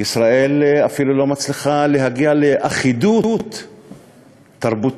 וישראל אפילו לא מצליחה להגיע לאחידות תרבותית.